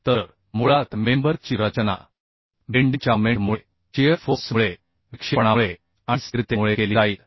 तर मुळात मेंबर ची रचना बेंडिंग च्यामोमेंट मुळे शिअर फोर्स मुळे विक्षेपणामुळे आणि स्थिरतेमुळे केली जाईल